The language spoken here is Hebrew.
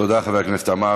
תודה, חבר הכנסת עמאר.